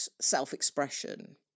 self-expression